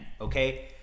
okay